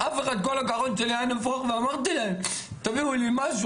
כל הגרון שלי היה נפוח ואמרתי להם: תביאו לי משהו,